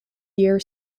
year